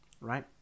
right